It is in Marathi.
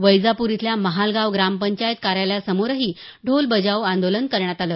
वैजापूर इथल्या महालगांव ग्रामपंचायत कार्यालयासमोरही ढोल बजाओ आंदोलन करण्यात आलं